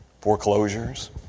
foreclosures